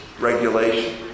regulation